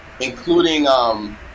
including